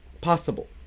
possible